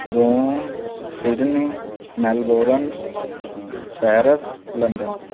Rome Sydney Melbourne Paris London